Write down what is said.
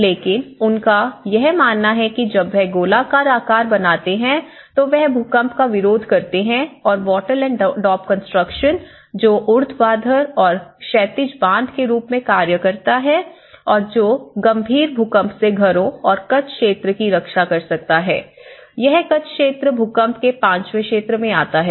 लेकिन उनका यह मानना है कि जब वह गोलाकार आकार बनाते हैं तो वह भूकंप का विरोध करते हैं और वॉटल एंड डॉब कंस्ट्रक्शन जो ऊर्ध्वाधर और क्षैतिज बांध के रूप में कार्य करता है जो गंभीर भूकंप से घरों और कच्छ क्षेत्र की रक्षा कर सकता है यह कच्छ क्षेत्र भूकंप के पांचवे क्षेत्र में आता है